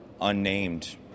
unnamed